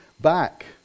back